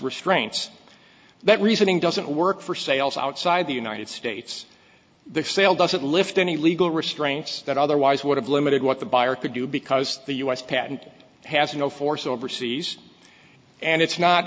restraints that reasoning doesn't work for sales outside the united states the sale doesn't lift any legal restraints that otherwise would have limited what the buyer could do because the u s patent has no force overseas and it's not